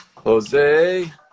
Jose